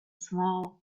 small